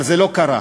אבל זה לא קרה.